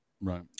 right